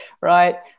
right